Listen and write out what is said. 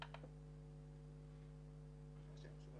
בינתיים לחזור